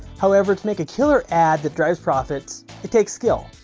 however, to make a killer ad that drives profits, it takes skill.